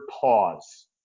pause